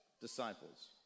disciples